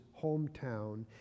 hometown